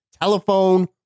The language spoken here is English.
telephone